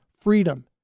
freedom